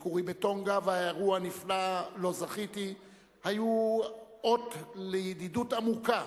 ביקורי בטונגה והאירוח הנפלא שזכיתי לו היו אות לידידות עמוקה